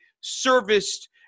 serviced